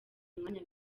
mwanya